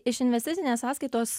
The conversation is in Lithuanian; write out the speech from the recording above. iš investicinės sąskaitos